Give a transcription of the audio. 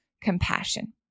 compassion